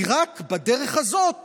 כי רק בדרך הזאת